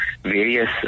various